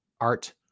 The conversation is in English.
art